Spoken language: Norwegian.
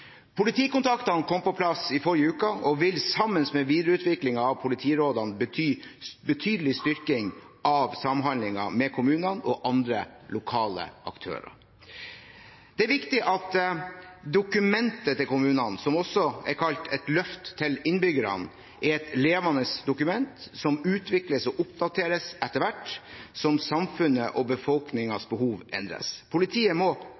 Politikontaktene kom på plass i forrige uke og vil sammen med videreutviklingen av politirådene bety betydelig styrking av samhandlingen med kommunene og andre lokale aktører. Det er viktig at dokumentet til kommunene, som også er kalt «Et løfte til innbyggerne», er et levende dokument som utvikles og oppdateres etter hvert som samfunnets og befolkningens behov endres. Politiet må